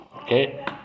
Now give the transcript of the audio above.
Okay